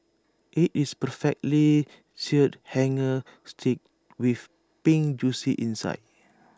IT is perfectly Seared Hanger Steak with pink Juicy insides